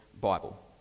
Bible